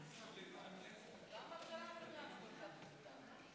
שלוש דקות,